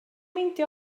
meindio